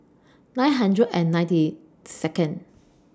nine hundred and ninety Second